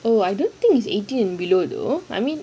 oh I don't think is eighteen and below I mean